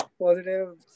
Positive